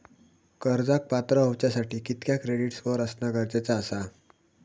कर्जाक पात्र होवच्यासाठी कितक्या क्रेडिट स्कोअर असणा गरजेचा आसा?